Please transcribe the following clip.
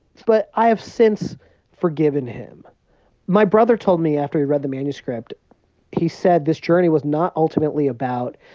but i have since forgiven him my brother told me after he read the manuscript he said this journey was not ultimately about,